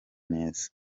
neza